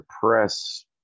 press